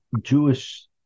Jewish